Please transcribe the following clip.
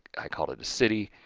i call it a city.